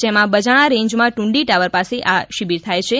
જેમાં બજાણા રેન્જમાં ટ્રંડી ટાવર પાસે આ શિબિર થાય છે